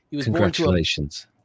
Congratulations